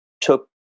took